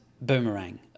Boomerang